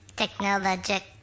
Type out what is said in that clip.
technologic